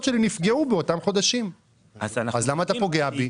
שלי נפגעו באותם חודשים אז למה אתה פוגע בי?